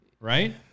right